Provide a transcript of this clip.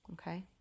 Okay